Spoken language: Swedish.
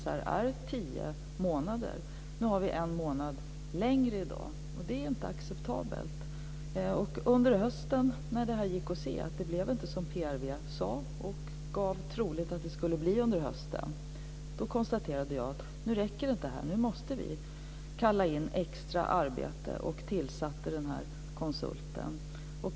I dag är handläggningstiderna en månad längre, och det är inte acceptabelt. Under hösten, när det gick att se att det inte blev som PRV sade att det skulle bli, konstaterade jag att det inte räcker och att vi måste sätta in extra arbete och tillsätta en konsult.